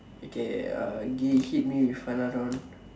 okay uh give hit me with another one